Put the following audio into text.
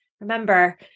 Remember